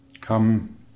Come